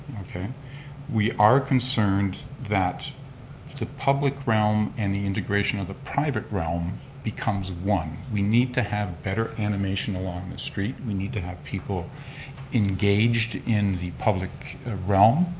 we are concerned that the public realm and the integration of the private realm becomes one. we need to have better animation along the street, we need to have people engaged in the public realm.